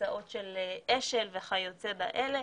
הוצאות של אש"ל וכיוצא באלה,